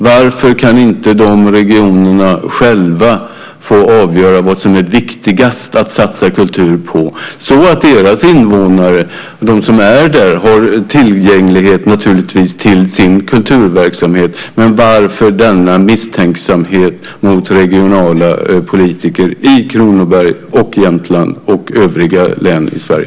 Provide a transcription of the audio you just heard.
Varför kan inte de regionerna själva få avgöra vad som är viktigast att satsa kultur på så att deras invånare, de som finns där, har tillgång till sin kulturverksamhet? Varför denna misstänksamhet mot regionala politiker i Kronoberg, Jämtland och övriga län i Sverige?